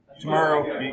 tomorrow